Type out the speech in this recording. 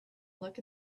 look